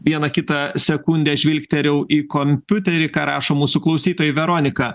vieną kitą sekundę žvilgterėjau į kompiuterį ką rašo mūsų klausytojai veronika